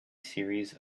series